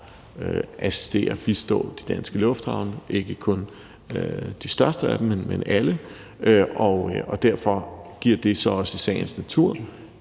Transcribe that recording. at assistere og bistå de danske lufthavne og ikke kun de største af dem, men alle, og derfor giver det i sagens natur